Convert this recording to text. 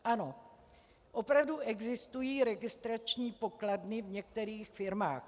Ano, opravdu existují registrační pokladny v některých firmách.